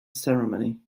ceremony